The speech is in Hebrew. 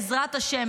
בעזרת השם,